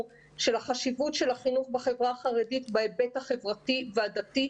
של החשיבות של החינוך בחברה החרדית בהיבט החברתי והדתי,